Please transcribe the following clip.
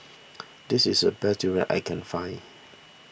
this is a best Durian I can find